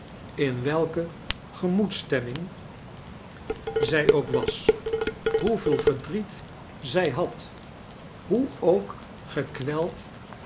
in welke gemoedsstemming zij ook was hoeveel verdriet zij had hoe ook gekweld